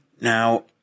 Now